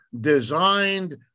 designed